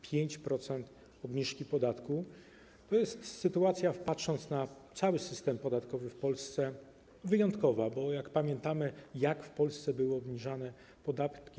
5% obniżki podatku - to jest sytuacja, patrząc na cały system podatkowy w Polsce, wyjątkowa, bo pamiętamy, jak w Polsce były obniżane podatki.